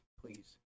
please